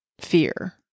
fear